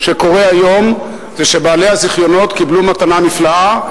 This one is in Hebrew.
שקורה היום זה שבעלי הזיכיונות קיבלו מתנה נפלאה.